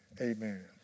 Amen